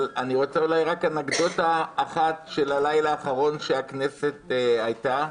אבל אני רוצה אולי רק אנקדוטה אחת של הלילה האחרון שהכנסת הייתה.